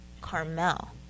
Carmel